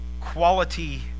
quality